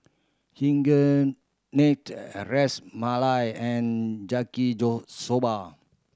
Ras Malai and Yaki Soba